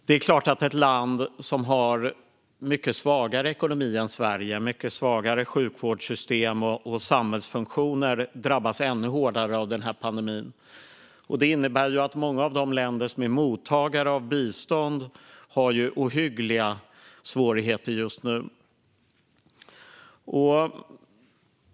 Det är klart att ett land som har mycket svagare ekonomi än Sverige, svagare sjukvårdssystem och svagare samhällsfunktioner, drabbas ännu hårdare av pandemin. Det innebär att många av de länder som är mottagare av bistånd har ohyggliga svårigheter just nu.